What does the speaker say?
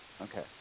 okay